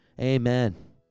Amen